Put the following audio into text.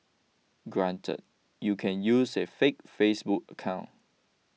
granted you can use a fake Facebook account